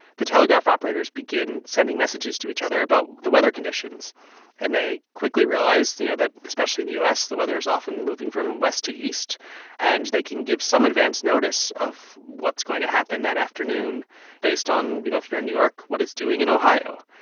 the telegraph operators begin sending messages to each other about the weather conditions and they quickly realized you know that especially in the u s, the weather is often moving from west to east and they can give some advance notice of what's going to happen that afternoon based on you know if you're in new york, what it's doing in ohio.